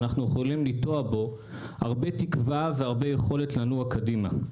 ואנחנו יכולים לנטוע בו הרבה תקווה והרבה יכולת לנוע קדימה.